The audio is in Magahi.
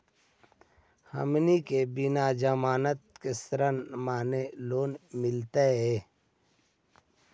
हमनी के बिना जमानत के ऋण माने लोन मिलतई?